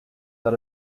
that